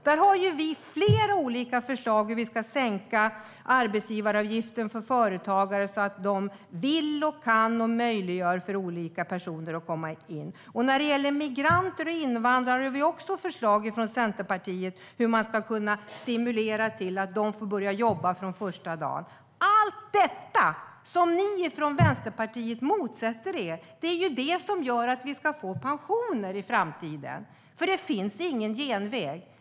Där har vi flera olika förslag hur vi ska sänka arbetsgivaravgiften för företagare så att de vill, kan och möjliggör för olika personer att komma in. När det gäller migranter och invandrare har vi också förslag från Centerpartiet hur man ska kunna stimulera till att de får börja jobba från första dagen. Allt detta som ni från Vänsterpartiet motsätter er är det som gör att vi ska få pensioner i framtiden. Det finns ingen genväg.